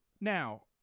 Now